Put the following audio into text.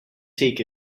take